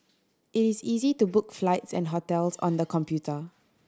it is easy to book flights and hotels on the computer